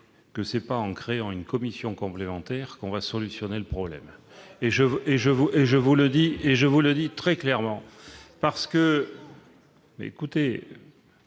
que ce n'est pas en créant une commission supplémentaire qu'on résoudra ce problème, et je vous le dis très clairement. Elle peut